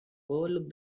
overlook